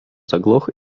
заглох